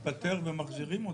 הוא התפטר ומחזירים אותו.